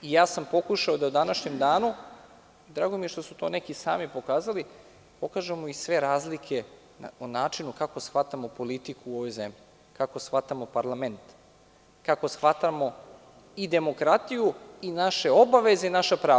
Pokušao sam da u današnjem danu, drago mi je da su to neki sami pokazali, pokažemo sve razlike o načinu kako shvatamo politiku u ovoj zemlji, kako shvatamo parlament, kako shvatamo i demokratiju i naše obaveze i naša prava.